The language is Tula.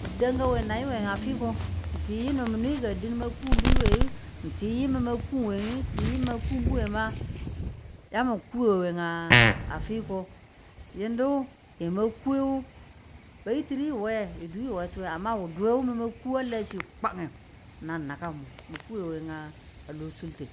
mi dan nga we nayu we a fiko ng ti yi mi nwe ka din man kun bu we yu ng ti yi ma mankun we mu ng ti yamu kuwu a fiko yinu yinu ye ma kuwe wu, bayiti̱ri we yi duyi we tuwe amma wu ma kuwe a la chi kwan nge nan nakwa. ng kuwe a lo sulte.